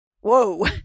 Whoa